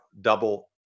double